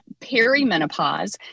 perimenopause